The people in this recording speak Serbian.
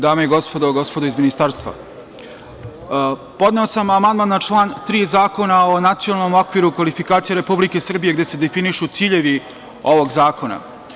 Dame i gospodo, gospodo iz ministarstva, podneo sam amandman na član 3. Zakona o Nacionalnom okviru kvalifikacija Republike Srbije, gde se definišu ciljevi ovog zakona.